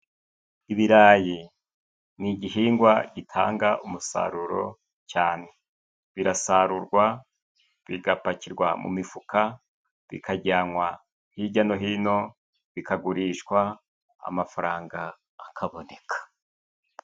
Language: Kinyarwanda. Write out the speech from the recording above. Ibirayi ni igihingwa gitanga umusaruro cyane, birasarurwa bigapakirwa mu mifuka bikajyanwa hijya no hino bikagurishwa amafaranga akaboneka.